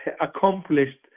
accomplished